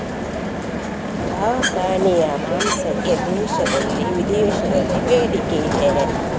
ಯಾವ ಪ್ರಾಣಿಯ ಮಾಂಸಕ್ಕೆ ದೇಶದಲ್ಲಿ ವಿದೇಶದಲ್ಲಿ ಬೇಡಿಕೆ ಇದೆ?